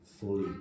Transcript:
fully